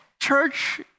church